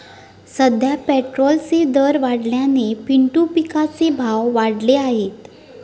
सध्या पेट्रोलचे दर वाढल्याने पिंटू पिकाचे भाव वाढले आहेत